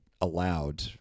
allowed